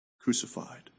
crucified